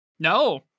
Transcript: No